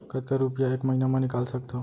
कतका रुपिया एक महीना म निकाल सकथव?